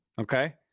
Okay